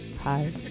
Hi